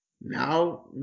now